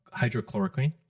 hydrochloroquine